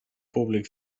públic